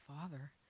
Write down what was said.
Father